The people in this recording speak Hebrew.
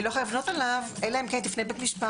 היא לא יכולה לבנות אליו אלא אם כן תפנה לבית משפט.